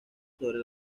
sobre